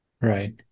right